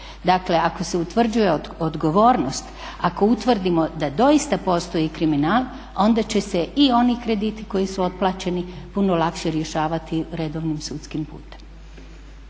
Dakle ako se utvrđuje odgovornost, ako utvrdimo da doista postoji kriminal onda će se i oni krediti koji su otplaćeni puno lakše rješavati redovnim sudskim putem.